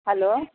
hello